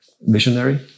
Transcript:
visionary